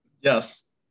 Yes